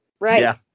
Right